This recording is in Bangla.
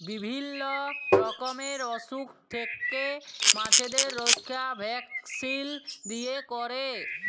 বিভিল্য রকমের অসুখ থেক্যে মাছদের রক্ষা ভ্যাকসিল দিয়ে ক্যরে